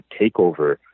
takeover